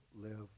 live